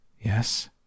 Yes